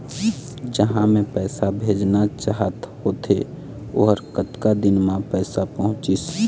जहां मैं पैसा भेजना चाहत होथे ओहर कतका दिन मा पैसा पहुंचिस?